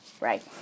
right